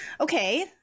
Okay